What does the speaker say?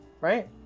right